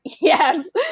yes